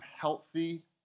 healthy